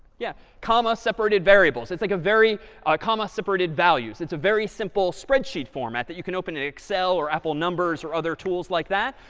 yeah, comma separated variables. it's like a very comma separated values, it's a very simple spreadsheet format that you can open in excel, or apple numbers, or other tools like that.